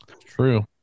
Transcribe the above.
True